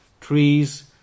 trees